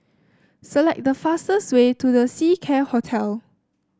select the fastest way to The Seacare Hotel